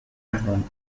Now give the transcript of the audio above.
unknown